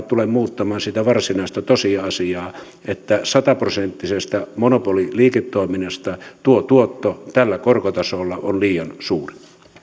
tule muuttamaan sitä varsinaista tosiasiaa että sata prosenttisesta monopoliliiketoiminnasta tuo tuotto tällä korkotasolla on liian suuri